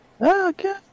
Okay